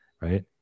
right